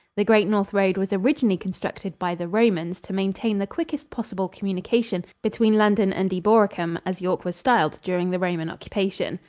the great north road was originally constructed by the romans to maintain the quickest possible communication between london and eboracum, as york was styled during the roman occupation.